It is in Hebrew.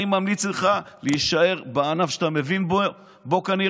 אני ממליץ לך להישאר בענף שאתה מבין בו כנראה,